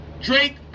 Drake